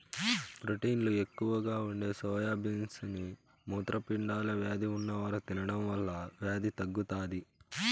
ప్రోటీన్లు ఎక్కువగా ఉండే సోయా బీన్స్ ని మూత్రపిండాల వ్యాధి ఉన్నవారు తినడం వల్ల వ్యాధి తగ్గుతాది